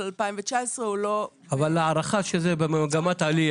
2019. אבל ההערכה שזה במגמת עלייה.